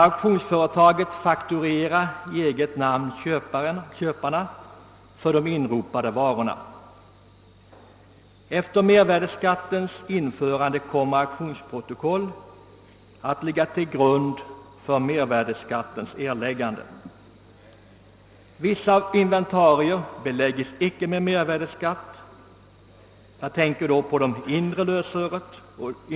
Auktionsföretagen fakturerar i eget namn köparna för de inropade varorna. Till grund för beräkning av mervärdeskatten kommer att ligga auktionsprotokoll. Vissa inventarier beläggs emeller tid icke med mervärdeskatt.